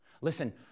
Listen